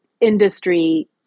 industry